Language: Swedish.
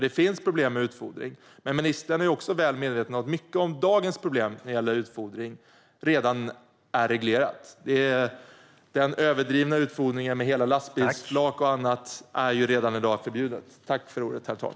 Det finns problem med utfodring. Men ministern är också väl medveten om att mycket av dagens problem med utfodring redan är reglerat. Den överdrivna utfodringen med hela lastbilsflak och annat är redan i dag förbjuden.